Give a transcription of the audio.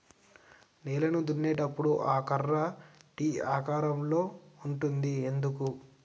నేలను దున్నేటప్పుడు ఆ కర్ర టీ ఆకారం లో ఉంటది ఎందుకు?